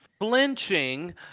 flinching